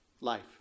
life